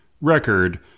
record